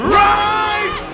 right